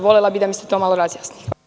Volela bih da mi se to malo razjasni.